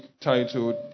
titled